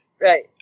right